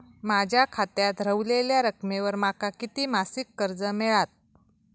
माझ्या खात्यात रव्हलेल्या रकमेवर माका किती मासिक कर्ज मिळात?